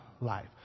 life